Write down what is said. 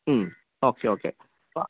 മ്മ് okay okay ആ